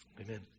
Amen